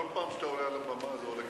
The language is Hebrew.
שמע, כל פעם שאתה עולה על הבמה זה עולה כסף.